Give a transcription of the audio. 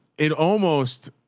it almost,